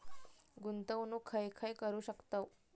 गुंतवणूक खय खय करू शकतव?